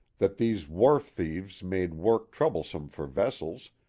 that these wharf thieves made work troublesome for vessels,